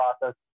process